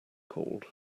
called